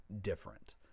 different